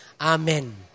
amen